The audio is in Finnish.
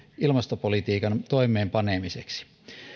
ilmastopolitiikan toimeenpanemiseksi